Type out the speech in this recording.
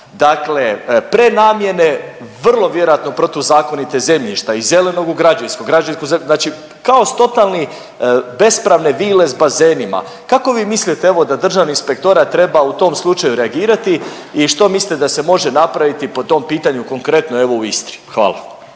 Dakle, prenamjene vrlo vjerojatno protuzakonite zemljišta iz zelenog u građevinsko, građevinsko zeleno, znači kaos totalni. Bespravne vile s bazenima. Kako vi mislite da Državni inspektorat treba u tom slučaju reagirati i što mislite da se može napraviti po tom pitanju konkretno evo u Istri? Hvala.